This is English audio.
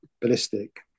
ballistic